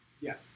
Yes